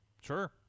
Sure